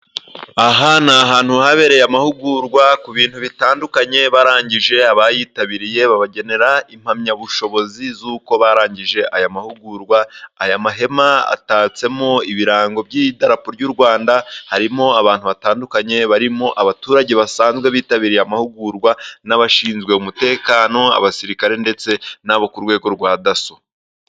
Aha ni ahantu habereye amahugurwa ku bintu bitandukanye barangije, abayitabiriye babagenera impamyabushobozi z'uko barangije aya mahugurwa, aya mahema atatsemo ibirango by'idarapo ry'u Rwanda, harimo abantu batandukanye, barimo abaturage basanzwe bitabiriye amahugurwa, n'abashinzwe umutekano abasirikare ndetse n'abo ku rwego rwa daso.